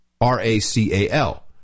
R-A-C-A-L